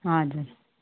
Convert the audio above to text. हजुर